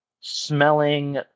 smelling